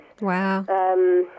Wow